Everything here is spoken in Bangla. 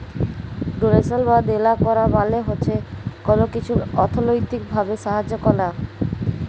ডোলেশল বা দেলা ক্যরা মালে হছে কল কিছুর অথ্থলৈতিক ভাবে সাহায্য ক্যরা